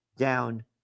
down